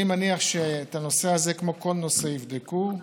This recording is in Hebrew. אני מניח שאת הנושא הזה, כמו כל נושא, יבדקו.